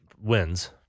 wins